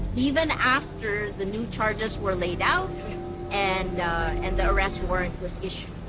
even after the new charges were laid out and and the arrest warrant was issued.